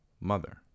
mother